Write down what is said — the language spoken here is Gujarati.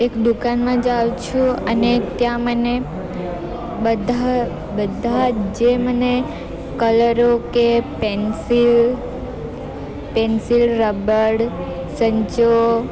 એક દુકાનમાં જાવ છું અને ત્યાં મને બધા બધા જે મને કલરો કે પેન્સિલ પેન્સિલ રબ્બડ સંચો